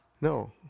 no